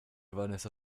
vanessa